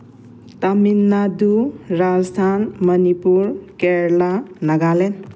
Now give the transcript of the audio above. ꯇꯥꯃꯤꯟꯅꯥꯗꯨ Rajasthan Manipur Kerala Nagaland